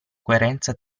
coerenza